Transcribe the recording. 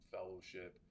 fellowship